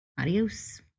Adios